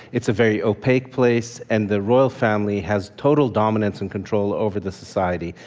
it's a very opaque place, and the royal family has total dominance and control over the society,